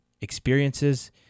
experiences